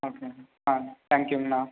ஓகேங்க ஆ தேங்க் யூங்க அண்ணா